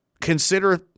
consider